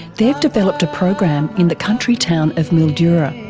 they've developed a program in the country town of mildura.